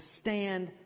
stand